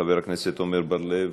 חבר הכנסת עמר בר-לב,